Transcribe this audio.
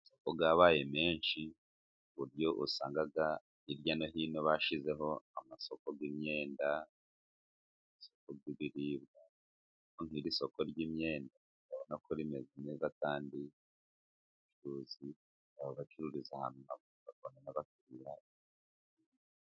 Amasoko yabaye menshi, ku buryo usanga hirya no hino bashyizeho amasoko y'imyenda, isoko ry'ibiribwa, ariko nk'iri soko ry'imyenda, urabona ko rimeze neza kandi ubucuruzi, bacururiza ahantu hari n'abakiriya,..,